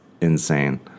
insane